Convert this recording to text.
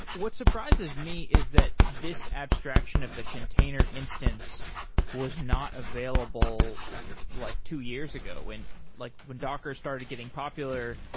what surprises me is that this abstraction of the container instance was not available like two years ago. when like when docker started getting popular,